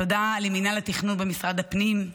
תודה למינהל התכנון במשרד הפנים,